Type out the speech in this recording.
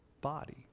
body